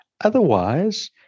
Otherwise